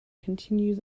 continues